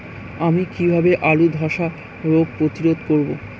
আমি কিভাবে আলুর ধ্বসা রোগ প্রতিরোধ করব?